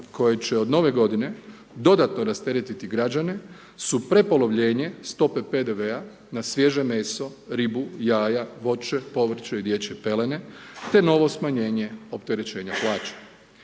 koje će od nove g. dodatno rastereti građane su prepolovljenje stope PDV-a na svježe meso, ribu, jaja, voće, povrće, dječje pelene, te novo smanjenje opterećenje plaća.